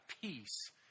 peace